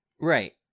Right